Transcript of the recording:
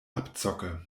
abzocke